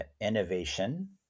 innovation